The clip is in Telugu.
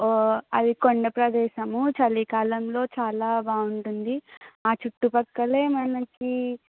అది కొండ ప్రదేశము చలికాలంలో చాలా బాగుంటుంది ఆ చుట్టుప్రక్కలే మనకి